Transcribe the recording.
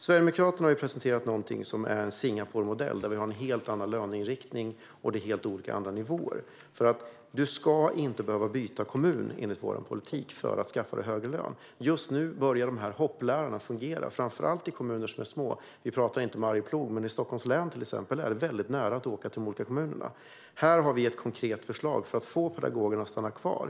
Sverigedemokraterna har presenterat något som är som en Singaporemodell med en helt annan löneinriktning och med helt andra nivåer. Enligt vår politik ska man inte behöva byta kommun för att få högre lön. Just nu börjar hopplärarna fungera, framför allt i små kommuner. Vi talar inte om Arjeplog, men i till exempel Stockholms län är det nära mellan de olika kommunerna. Här har vi ett konkret förslag för att få pedagogerna att stanna kvar.